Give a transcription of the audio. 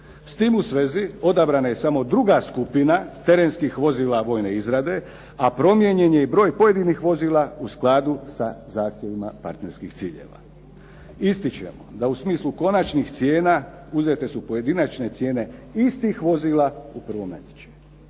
S tim u svezi odabrana je samo druga skupina terenskih vozila vojne izrade, a promijenjen je i broj pojedinih vozila u skladu sa zahtjevima partnerskih ciljeva. Ističem da u smislu konačnih cijena uzete su pojedinačne cijene istih vozila u prvom